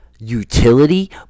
utility